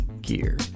gear